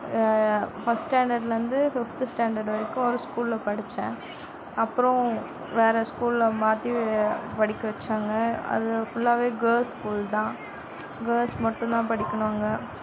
first ஸ்டாண்டர்டுலேந்து fifth standard வரைக்கும் ஒரு ஸ்கூலில் படித்தேன் அப்றம் வேற ஸ்கூலில் மாற்றி படிக்க வைச்சாங்க அது ஃபுல்லாகவே கேல்ஸ் ஸ்கூல் தான் கேல்ஸ் மட்டும்தான் படிக்கணும் அங்கே